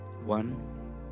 One